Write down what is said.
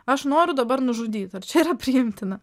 aš noriu dabar nužudyti ar čia yra priimtina